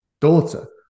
daughter